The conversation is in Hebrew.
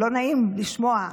לא נעים לשמוע.